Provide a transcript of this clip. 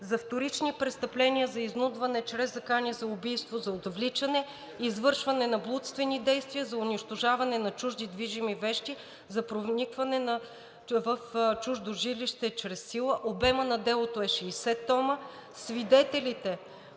за вторични престъпления, за изнудване чрез закани за убийство, за отвличане, извършване на блудствени действия, за унищожаване на чужди движими вещи, за проникване в чуждо жилище чрез сила. Обемът на делото е 60 тома. Свидетелите